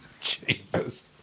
Jesus